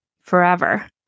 forever